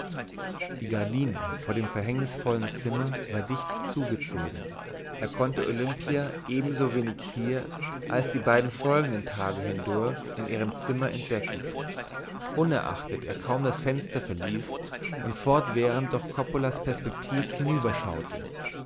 die gardine vor dem verhängnisvollen zimmer war dicht zugezogen er konnte olimpia ebensowenig hier als die beiden folgenden tage hindurch in ihrem zimmer entdecken unerachtet er kaum das fenster verließ und fortwährend durch coppolas perspektiv